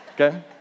Okay